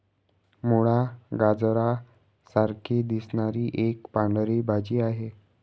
मुळा, गाजरा सारखी दिसणारी एक पांढरी भाजी आहे